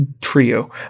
trio